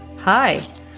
Hi